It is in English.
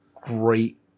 great